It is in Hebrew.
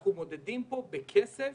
אנחנו מודדים פה בכסף